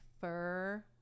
fur